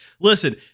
Listen